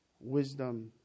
wisdom